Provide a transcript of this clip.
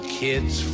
kids